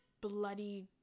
bloody